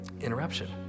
interruption